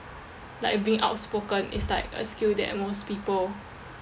like being outspoken it's like a skill that most people